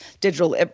digital